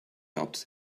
topped